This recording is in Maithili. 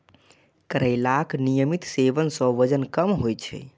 करैलाक नियमित सेवन सं वजन कम होइ छै